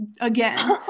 again